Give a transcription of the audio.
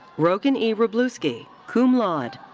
logan e. wroblewski, cum laude.